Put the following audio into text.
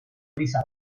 eliza